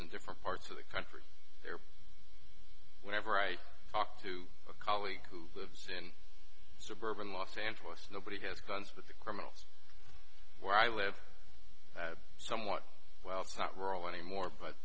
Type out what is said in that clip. in different parts of the country here whenever i talk to a colleague who lives in suburban los angeles nobody has guns but the criminals where i live somewhat well it's not rural anymore but